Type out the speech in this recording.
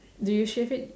do you shave it